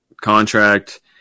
contract